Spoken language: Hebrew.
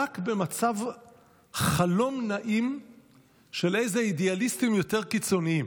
"רק במצב חלום נעים של איזה אידיאליסטים יותר קיצוניים,